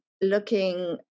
looking